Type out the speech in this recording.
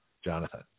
Jonathan